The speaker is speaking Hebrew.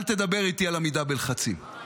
אל תדבר איתי על עמידה בלחצים.